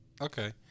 Okay